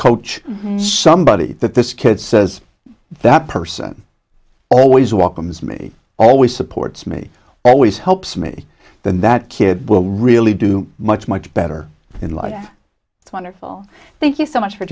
coach somebody that this kid says that person always welcome is me always supports me always helps me then that kid will really do much much better in life it's wonderful thank you so much for